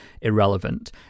irrelevant